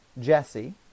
Jesse